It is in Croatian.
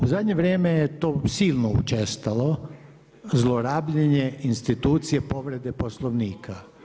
U zadnje vrijeme je to silno učestalo, zlorabljenje institucije povrede Poslovnika.